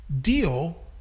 deal